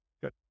Good